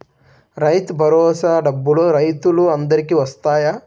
రైతు భరోసా డబ్బులు రైతులు అందరికి వస్తాయా?